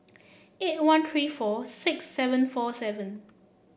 eight one three four six seven four seven